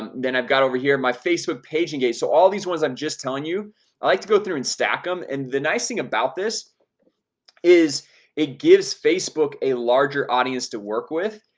um then i've got over here my facebook page engage so all these ones i'm just telling you i like to go through and stack them and the nice thing about this is it gives facebook a larger audience to work with?